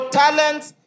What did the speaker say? talents